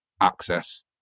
access